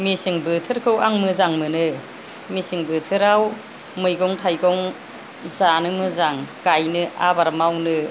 मेसें बोथोरखौ आं मोजां मोनो मेसें बोथोराव मैगं थाइगं जानो मोजां गाइनो आबाद मावनो